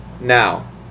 Now